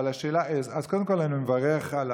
אז קודם כול אני מברך על